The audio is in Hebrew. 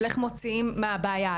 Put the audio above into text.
של איך מוציאים מהבעיה,